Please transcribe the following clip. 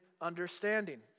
understanding